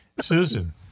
Susan